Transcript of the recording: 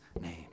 name